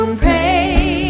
pray